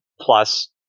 plus